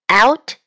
out